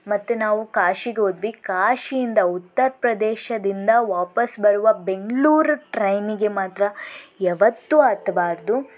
ಮತ್ತು ನಾವು ಕಾಶಿಗೆ ಹೋದ್ವಿ ಕಾಶಿಯಿಂದ ಉತ್ತರ ಪ್ರದೇಶದಿಂದ ವಾಪಾಸ್ಸು ಬರುವ ಬೆಂಗಳೂರು ಟ್ರೇನಿಗೆ ಮಾತ್ರ ಯಾವತ್ತೂ ಹತ್ತಬಾರ್ದು